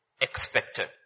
expected